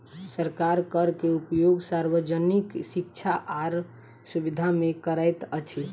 सरकार कर के उपयोग सार्वजनिक शिक्षा आर सुविधा में करैत अछि